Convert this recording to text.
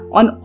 on